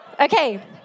Okay